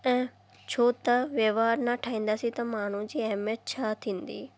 त छो त वहिवार न ठाहींदासीं त माण्हू जी अहमियतु छा थींदी